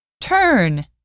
Turn